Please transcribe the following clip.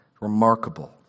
Remarkable